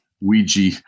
Ouija